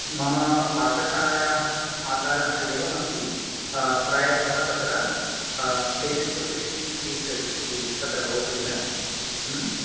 मम पाकशालायाः आकारः एवमस्ति प्रायशः तत्र टेन् इण्टु सिक्स्टीन् फ़ीट् इति तत्र भवति किल